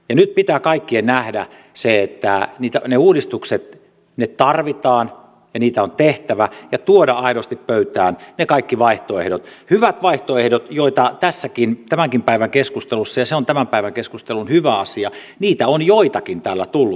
nyt pitää kaikkien nähdä se että ne uudistukset tarvitaan ja niitä on tehtävä ja tuoda aidosti pöytään ne kaikki vaihtoehdot hyvät vaihtoehdot joita tässäkin tämänkin päivän keskustelussa ja se on tämän päivän keskustelun hyvä asia on joitakin täällä tullut